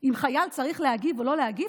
אם חייל צריך להגיב או לא להגיב,